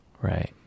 Right